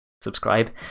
subscribe